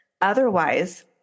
Otherwise